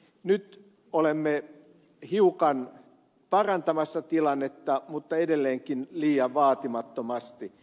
nyt olemme hiukan parantamassa tilannetta mutta edelleenkin liian vaatimattomasti